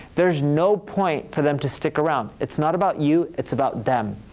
there's no point for them to stick around. it's not about you, it's about them.